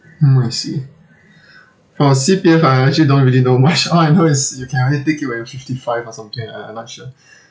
mm I see for C_P_F I actually don't really know much all I know is you can only take it when you're fifty five or something I I'm not sure